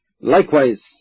Likewise